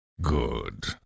Good